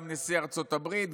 גם נשיא ארצות הברית,